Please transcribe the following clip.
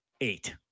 eight